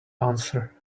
answer